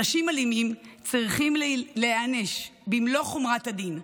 אנשים אלימים צריכים להיענש במלוא חומרת הדין.